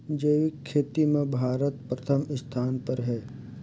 जैविक खेती म भारत प्रथम स्थान पर हे